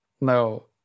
No